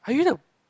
are you the